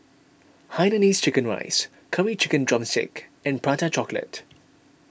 Hainanese Chicken Rice Curry Chicken Drumstick and Prata Chocolate